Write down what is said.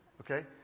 Okay